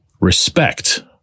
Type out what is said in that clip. respect